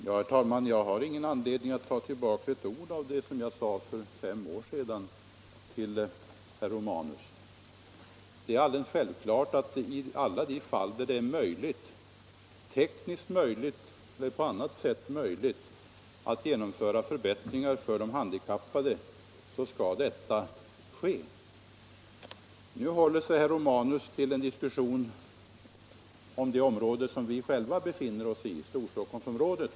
Herr talman! Jag har ingen anledning att ta tillbaka ett enda ord av det jag sade för fem år sedan till herr Romanus. I alla de fall där det är tekniskt och på annat sätt möjligt att genomföra förbättringar för de handikappade skall detta självfallet ske. Nu begränsar herr Romanus diskussionen till det område som vi själva befinner oss i, Storstockholmsområdet.